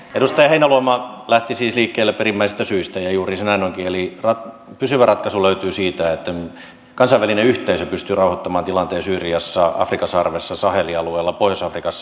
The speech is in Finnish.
edustaja heinäluoma lähti siis liikkeelle perimmäisistä syistä ja juuri näin se onkin eli pysyvä ratkaisu löytyy siitä että kansainvälinen yhteisö pystyy rauhoittamaan tilanteen syyriassa afrikan sarvessa sahelin alueella pohjois afrikassa